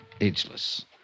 ageless